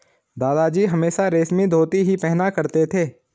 दादाजी हमेशा रेशमी धोती ही पहना करते थे